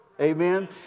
Amen